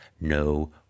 no